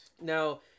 Now